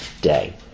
day